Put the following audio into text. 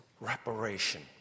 reparation